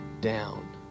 down